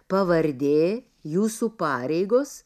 pavardė jūsų pareigos